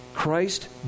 Christ